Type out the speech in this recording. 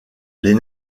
les